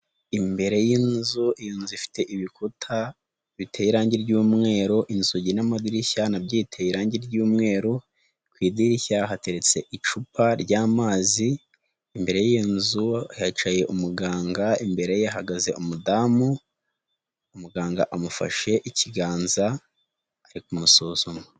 Imbere y'inzu, iyi nzu ifite ibikuta biteye irangi ry'umweru, inzugi n'amadirishya nabyo biteye irangi ry'umweru, ku idirishya hateretse icupa ry'amazi, imbere y'iyo nzu hicaye umuganga, imbere ye hahagaze umudamu umuganga amufashe ikiganza ari kumusuzuma.